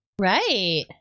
right